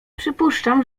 przypuszczam